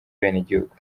abenegihugu